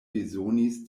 bezonis